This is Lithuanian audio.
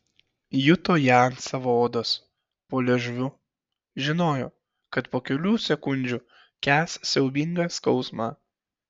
juto ją ant savo odos po liežuviu žinojo kad po kelių sekundžių kęs siaubingą skausmą